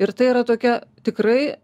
ir tai yra tokia tikrai